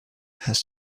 has